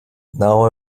now